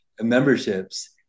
memberships